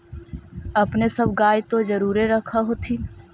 अपने सब गाय तो जरुरे रख होत्थिन?